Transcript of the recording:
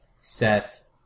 Seth